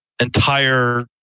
entire